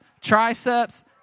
triceps